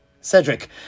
Cedric